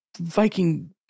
Viking